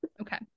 Okay